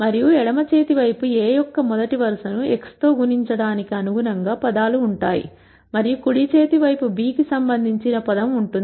మరియు ఎడమ చేతి వైపు A యొక్క మొదటి వరుస ను x తో గుణించటానికి అనుగుణంగా పదాలు ఉంటాయి మరియు కుడి చేతి వైపు b కి సంబంధించిన పదం ఉంటుంది